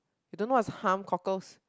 you don't know what's hump cockles